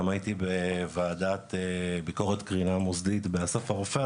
וגם הייתי בוועדת ביקורת קרינה מוסדית באסף הרופא,